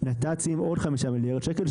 נת"צים עוד 5 מיליארד שקל.